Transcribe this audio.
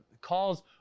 Calls